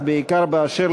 חברי הכנסת,